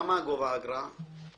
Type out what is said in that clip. מה גובה האגרה?